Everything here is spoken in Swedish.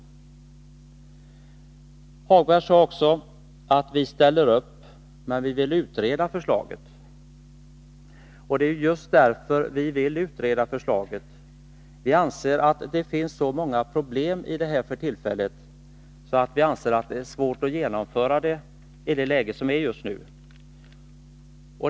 Helge Hagberg sade också att vi ställer upp men vill utreda förslaget. Vi vill utreda förslaget därför att vi anser att det finns så många problem i sammanhanget för tillfället att det är svårt att genomföra det i det läge som råder just nu.